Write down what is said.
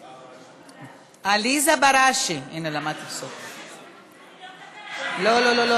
לא, לא, לא.